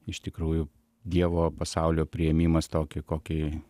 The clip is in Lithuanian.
iš tikrųjų dievo pasaulio priėmimas tokį kokį